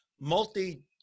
multi